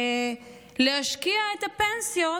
להשקיע את הפנסיות